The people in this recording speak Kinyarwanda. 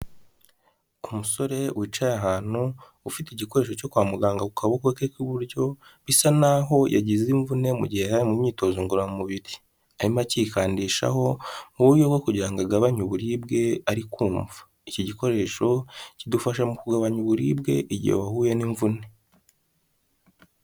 Ku musore wicaye ahantu ufite igikoresho cyo kwa muganga ku kaboko ke k'ibuburyo bisa n'aho yagize imvune mu gihe yarari mu myitozo ngororamubiri arimo akikandishaho muburyo bwo kugira ngo agabanye uburibwe ari kumva iki gikoresho kidufasha mu kugabanya uburibwe igihe wahuye n'imvune.